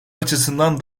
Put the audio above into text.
açısından